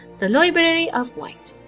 the library of white.